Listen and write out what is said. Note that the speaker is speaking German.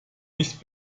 nicht